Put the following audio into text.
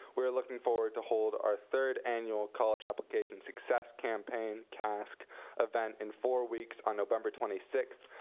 we're looking forward to hold our third annual college application success campaign task event in four weeks on november twenty sixth.